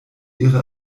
ihre